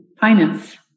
finance